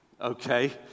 okay